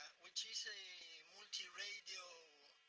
which is a multiradio